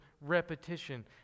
repetition